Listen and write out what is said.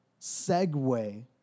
segue